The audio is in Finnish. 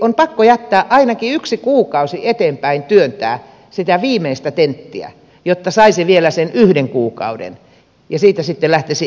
on pakko jättää ainakin yksi kuukausi eteenpäin työntää sitä viimeistä tenttiä jotta saisi vielä sen yhden kuukauden ja siitä sitten lähtisi elämä eteenpäin